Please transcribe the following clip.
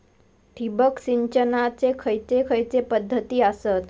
ठिबक सिंचनाचे खैयचे खैयचे पध्दती आसत?